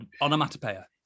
onomatopoeia